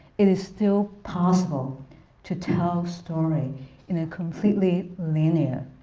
it is still possible to tell story in a completely linear,